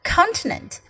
Continent